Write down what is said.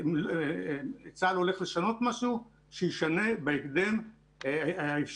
אם צה"ל הולך לשנות משהו, שישנה בהקדם האפשרי.